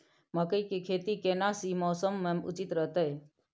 मकई के खेती केना सी मौसम मे उचित रहतय?